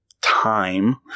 time